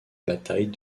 bataille